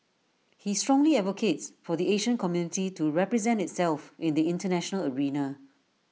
he strongly advocates for the Asian community to represent itself in the International arena